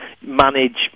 manage